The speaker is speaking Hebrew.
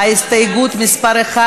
סתיו שפיר,